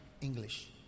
English